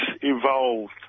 evolved